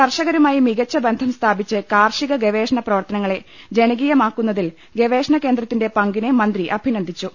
കർഷകരുമായി മികച്ച ബന്ധം സ്ഥാപിച്ച് കാർഷിക ഗവേ ഷണ പ്രവർത്തനങ്ങളെ ജനകീയമാക്കുന്നതിൽ ഗവേഷണ കേന്ദ്രത്തിന്റെ പങ്കിനെ മന്ത്രി അഭിനന്ദിച്ചു